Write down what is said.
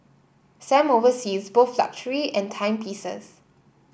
Sam oversees both luxury and timepieces